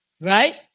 Right